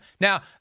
Now